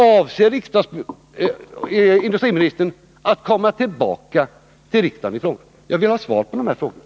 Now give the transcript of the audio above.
Avser industriministern att komma tillbaka till riksdagen i frågan? Jag vill ha svar på de här frågorna.